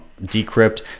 Decrypt